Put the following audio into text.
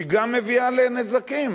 היא גם מביאה לנזקים.